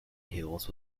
hills